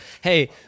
Hey